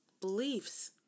beliefs